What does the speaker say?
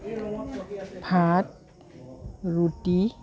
ভাত ৰুটি